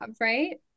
right